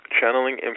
channeling